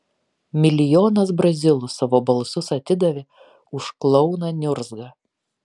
milijonas brazilų savo balsus atidavė už klouną niurzgą